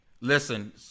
Listen